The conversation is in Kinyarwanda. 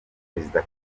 perezida